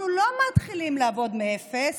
אנחנו לא מתחילים לעבוד מאפס